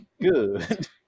Good